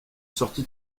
sortie